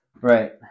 Right